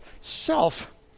self